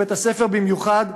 ובית-הספר במיוחד,